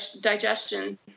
digestion